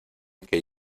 que